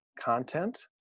content